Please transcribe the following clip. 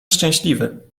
szczęśliwy